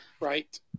Right